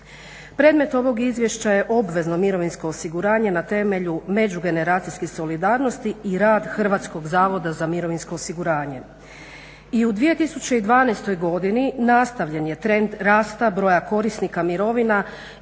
Predmet ovog izvješća je obvezno mirovinsko osiguranje na temelju međugeneracijske solidarnosti i rad HZMO-a. I u 2012. godini nastavljen je trend rasta broja korisnika mirovina